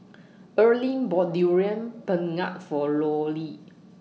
Earline bought Durian Pengat For Loree